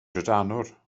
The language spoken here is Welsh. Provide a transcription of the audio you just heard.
drydanwr